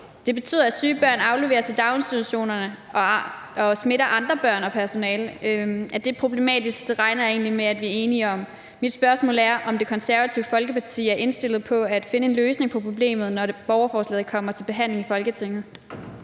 Det betyder, at syge børn afleveres i daginstitutionerne og smitter andre børn og personalet. At det er problematisk, regner jeg egentlig med at vi er enige om. Mit spørgsmål er, om Det Konservative Folkeparti er indstillet på at finde en løsning på problemet, når borgerforslaget kommer til behandling i Folketinget.